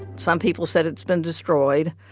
some people said it's been destroyed.